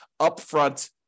upfront